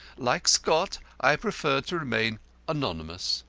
like scott, i prefer to remain anonymous.